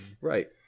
Right